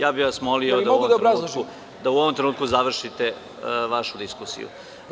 Ja bih vas molio da u ovom trenutku završite vašu diskusiju.